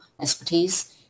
expertise